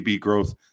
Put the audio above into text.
growth